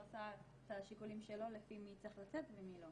עשה את השיקולים שלו לפי מי צריך לצאת ומי לא.